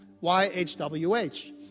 y-h-w-h